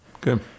good